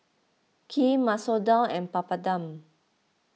Kheer Masoor Dal and Papadum